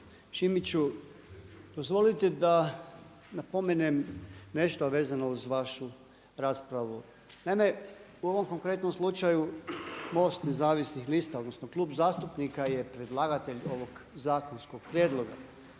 Šimiću, dozvolite da napomenem nešto vezano uz vašu raspravu. Naime, u ovom konkretnom slučaju MOST Nezavisnih lista, odnosno Klub zastupnika je predlagatelj ovog zakonskog prijedloga.